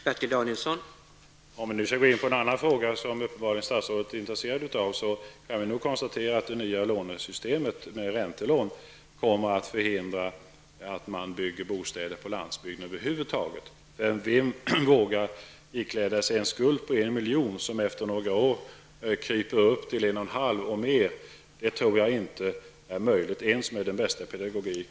Herr talman! Om vi nu skall gå in på en annan fråga, som statsrådet uppenbarligen är intresserad av, kan vi nog konstatera att det nya lånesystemet med räntelån kommer att förhindra att bostäder över huvud taget byggs på landsbygden. Vem vågar ikläda sig en skuld på 1 milj.kr. som efter några år kryper upp till 1,5 milj.kr. och mer? Detta förhållande tror jag inte är möjligt att förklara ens med den bästa pedagogik.